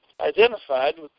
identified